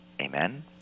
Amen